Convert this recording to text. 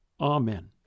Amen